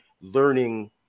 learning